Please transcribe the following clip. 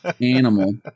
animal